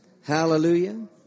Hallelujah